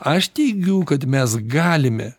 aš teigiu kad mes galime